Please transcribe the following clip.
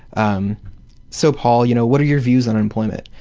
um so, paul, you know what are your views on employment?